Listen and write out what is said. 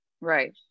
Right